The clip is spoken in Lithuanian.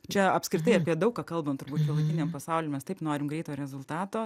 čia apskritai apie daug ką kalbant turbūt šiuolaikiniam pasauly mes taip norim greito rezultato